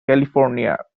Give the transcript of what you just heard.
california